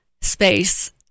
space